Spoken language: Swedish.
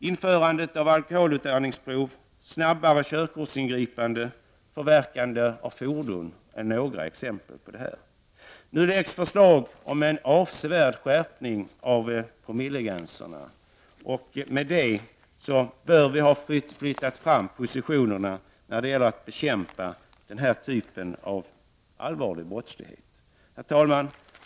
Införande av alkoholutandningsprov, snabbare körkortsingripanden och förverkande av fordon är några exempel. Nu lägger vi fram ett förslag om en avsevärd skärpning av promillegränserna. Med detta bör vi ha flyttat fram positionerna när det gäller att bekämpa den här typen av allvarlig brottslighet. Herr talman!